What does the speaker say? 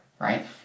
right